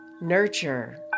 nurture